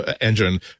engine